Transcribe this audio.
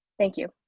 thank you.